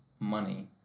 money